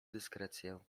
dyskrecję